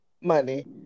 money